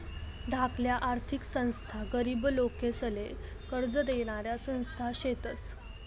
धाकल्या आर्थिक संस्था गरीब लोकेसले कर्ज देनाऱ्या संस्था शेतस